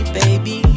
baby